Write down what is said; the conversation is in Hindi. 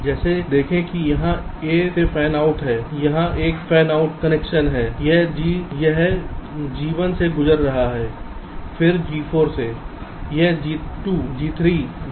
जैसे देखें कि यहां a से फैन आउट हैं यहां एक फैन आउट कनेक्शन है एक G1 से गुजर रहा है फिर G4 से अन्य G2 G3 G4 से गुजर रहा है